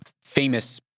famous